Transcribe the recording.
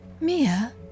Mia